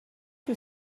que